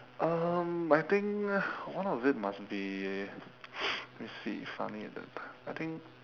um I think one of it must be let me see funny at that time I think